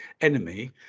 enemy